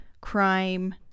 crime